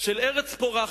של ארץ פורחת,